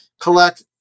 collect